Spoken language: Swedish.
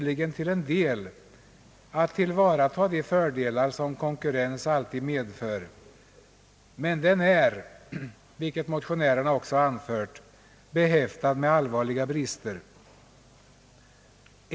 ligen till en del tillvarata de fördelar som konkurrens alltid medför, men den är, vilket motionärerna också anfört, behäftad med allvarliga brister.